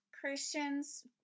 Christians